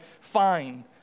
fine